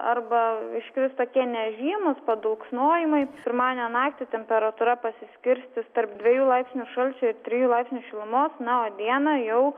arba iškris tokie nežymūs padauksnojimai pirmadienio naktį temperatūra pasiskirstys tarp dviejų laipsnių šalčio ir trijų laipsnių šilumos na o dieną jau